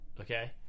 Okay